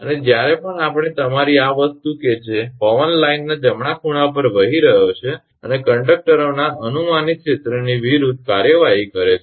અને જ્યારે પણ આપણે તમારી આ વસ્તુ કે જે પવન લાઇનના જમણા ખૂણા પર વહી રહ્યો છે અને કંડકટરોના અનુમાનિત ક્ષેત્રની વિરુદ્ધ કાર્યવાહી કરે છે